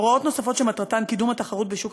הוראות נוספות שמטרתן קידום התחרות בשוק